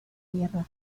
guerra